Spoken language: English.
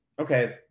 okay